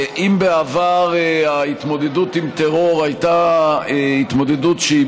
אם בעבר ההתמודדות עם טרור הייתה התמודדות שהיא